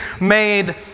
made